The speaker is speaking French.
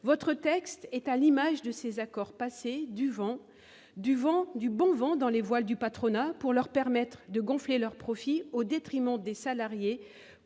Votre texte est à l'image de ces accords passés : du vent, du bon vent dans les voiles du patronat pour lui permettre de gonfler ses profits, au détriment des salariés,